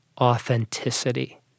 authenticity